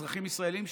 אזרחים ישראלים,